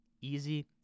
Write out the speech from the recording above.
easy